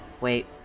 wait